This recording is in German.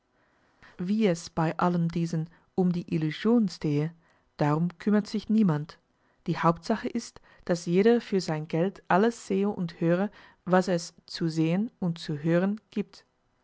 wie es bei allem diesem um die illusion stehe darum kümmert sich niemand die hauptsache ist daß jeder für sein geld alles sehe und höre was es zu sehen und zu hören gibt